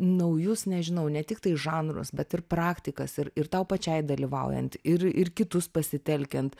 naujus nežinau ne tiktai žanrus bet ir praktikas ir ir tau pačiai dalyvaujant ir ir kitus pasitelkiant